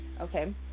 okay